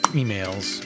emails